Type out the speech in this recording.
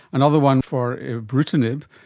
another one for ibrutinib,